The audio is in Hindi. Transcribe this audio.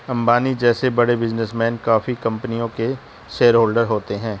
अंबानी जैसे बड़े बिजनेसमैन काफी कंपनियों के शेयरहोलडर होते हैं